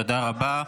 תודה רבה.